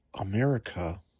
America